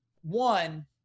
One